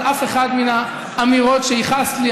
על אף אחת מן האמירות שייחסת לי.